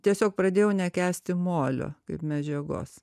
tiesiog pradėjau nekęsti molio kaip medžiagos